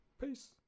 Peace